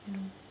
you know